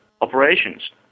operations